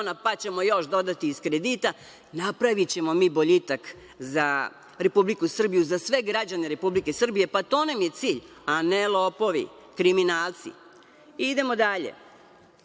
pa ćemo još dodati iz kredita, napravićemo mi boljitak za Republiku Srbiju, za sve građane Republike Srbije, to nam je cilj, a ne lopovi, kriminalci. Idemo dalje,